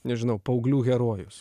nežinau paauglių herojus